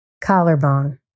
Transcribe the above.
Collarbone